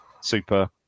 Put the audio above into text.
super